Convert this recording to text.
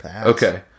okay